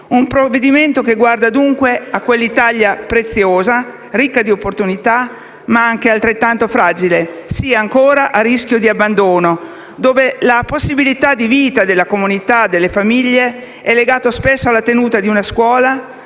un provvedimento che guarda dunque a quell'Italia preziosa e ricca di opportunità, ma anche altrettanto fragile, ancora a rischio di abbandono, dove la possibilità di vita della comunità e delle famiglie è legata spesso alla tenuta di una scuola,